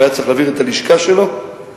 הוא היה צריך להעביר את הלשכה שלו לתוך